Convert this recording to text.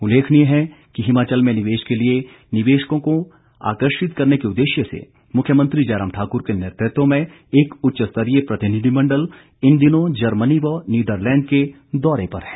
उल्लेखनीय है कि हिमाचल में निवेश के लिए निवेशकों को आकर्षित करने के उद्देश्यसे मुख्यमंत्री जयराम ठाक्र के नेतृत्व में एक उच्च स्तरीय प्रतिनिधिमंडल इन दिनों जर्मनी व नीदरलैंड के दौरे पर हैं